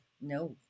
No